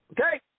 Okay